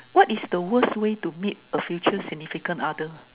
what is the worst way to meet a future significant other